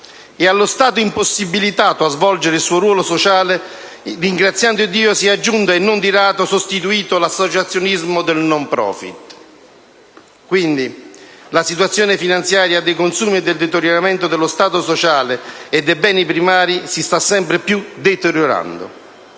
E allo Stato impossibilitato a svolgere il suo ruolo sociale, ringraziando Iddio, si è aggiunto e, non di rado, sostituito, l'associazionismo del *non profit*. La situazione finanziaria, dei consumi e il deterioramento dello Stato sociale e dei beni primari sta peggiorando